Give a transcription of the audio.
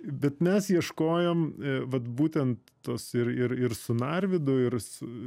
bet mes ieškojom vat būtent tos ir ir ir su narvydu ir su